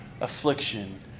affliction